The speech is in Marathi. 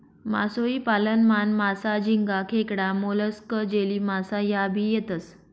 मासोई पालन मान, मासा, झिंगा, खेकडा, मोलस्क, जेलीमासा ह्या भी येतेस